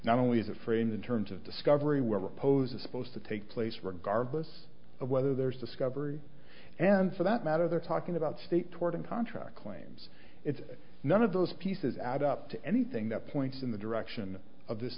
not only is it framed in terms of discovery where repose is supposed to take place regardless of whether there's discovery and for that matter they're talking about state tort and contract claims it's none of those pieces add up to anything that points in the direction of this